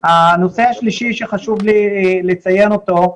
הנושא השלישי שחשוב לי לציין אותו,